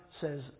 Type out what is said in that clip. says